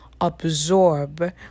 absorb